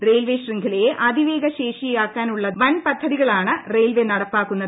railway ശൃംഖലയെ അതിവേഗ ശേഷിയുള്ളതാക്കാനുള്ള വൻ പദ്ധതികളാണ് റെയിൽവേ നടപ്പാക്കുന്നത്